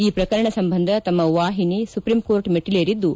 ಈ ಪ್ರಕರಣ ಸಂಬಂಧ ತಮ್ಮ ವಾಹಿನಿ ಸುಪ್ರೀಂಕೋರ್ಟ್ ಮೆಟ್ಟಲೇರಿದ್ದು